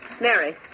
Mary